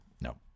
no